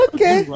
Okay